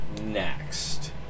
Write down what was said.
next